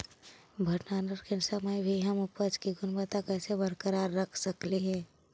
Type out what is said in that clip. भंडारण के समय भी हम उपज की गुणवत्ता कैसे बरकरार रख सकली हे?